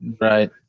right